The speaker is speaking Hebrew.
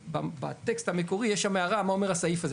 בטקסט המקורי יש הערה מה אומר הסעיף הזה,